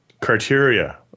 criteria